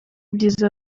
byiza